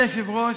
גברתי היושבת-ראש,